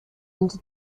into